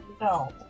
No